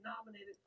nominated